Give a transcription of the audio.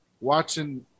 watching